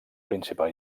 principal